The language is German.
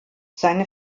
seine